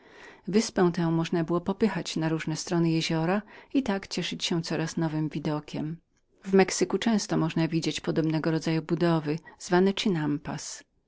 tę można było popychać na różne strony jeziora i tak cieszyć się coraz nowym widokiem w mexyku często dają się widzieć podobnego rodzaju budowy nazwane